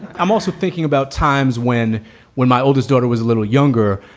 i'm also thinking about times when when my oldest daughter was a little younger,